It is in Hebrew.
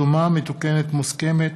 (שומה מתוקנת מוסכמת),